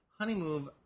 honeymoon